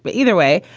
but either way,